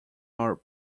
our